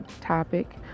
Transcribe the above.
topic